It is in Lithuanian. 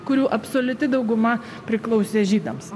kurių absoliuti dauguma priklausė žydams